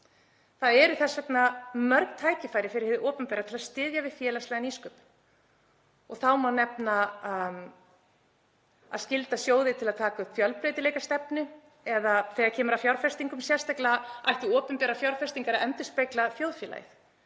Það eru þess vegna mörg tækifæri fyrir hið opinbera til að styðja við félagslega nýsköpun. Þá má nefna að skylda sjóði til að taka upp fjölbreytileikastefnu og þegar kemur að fjárfestingum ættu sérstaklega opinberar fjárfestingar að endurspegla þjóðfélagið.